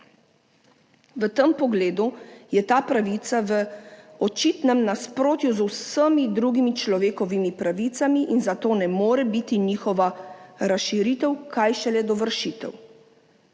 V tem pogledu je ta pravica v očitnem nasprotju z vsemi drugimi človekovimi pravicami in zato ne more biti njihova razširitev, kaj šele dovršitev.